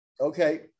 Okay